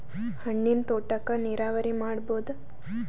ಹಣ್ಣಿನ್ ತೋಟಕ್ಕ ನೀರಾವರಿ ಮಾಡಬೋದ?